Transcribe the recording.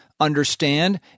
understand